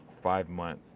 five-month